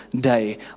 day